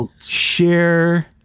share